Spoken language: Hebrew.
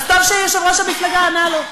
אז טוב שיושב-ראש המפלגה ענה לו,